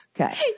okay